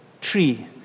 tree